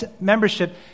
membership